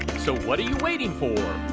so what are you waiting for?